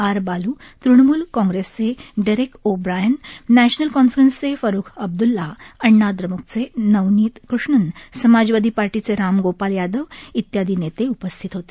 R Balu Trinamool काँग्रेसचे Derek O Brien national कॉन्फरन्सचे फारुख अब्दल्ला अण्णा द्रम्कचे नवनीत कृष्णन समाजवादी पार्टीचे राम गोपाल यादव इत्यादी नेते उपस्थित होते